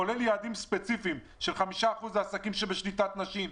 כולל יעדים ספציפיים של 5% לעסקים שבשליטת נשים,